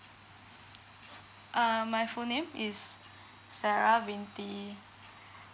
(e)rr my full name is sarah binte